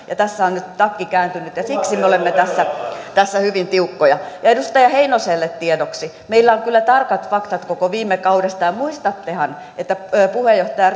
tässä on nyt takki kääntynyt ja siksi me olemme tässä hyvin tiukkoja ja edustaja heinoselle tiedoksi meillä on kyllä tarkat faktat koko viime kaudesta ja muistattehan että puheenjohtaja